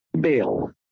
Bill